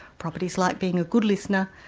properties like being a good listener,